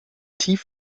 tief